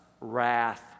wrath